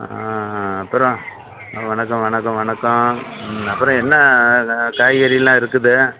அப்பறம் வணக்கம் வணக்கம் வணக்கம் ம் அப்புறம் என்ன காய்கறிலாம் இருக்குது